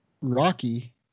Rocky